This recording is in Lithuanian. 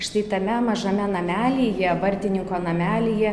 štai tame mažame namelyje vartininko namelyje